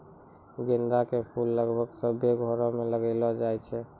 गेंदा के फूल लगभग सभ्भे घरो मे लगैलो जाय छै